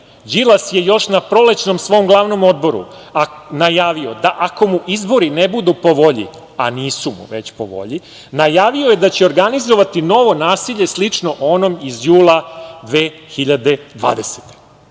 Đilas je još na prolećnom svom glavnom odboru najavio da ako mu izbori ne budu po volji, a nisu mu već po volji, najavio je da će organizovati novo nasilje slično onom iz jula 2020.